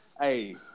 hey